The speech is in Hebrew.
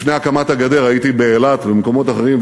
לפני הקמת הגדר הייתי באילת ובמקומות אחרים,